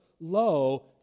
Lo